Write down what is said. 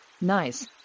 nice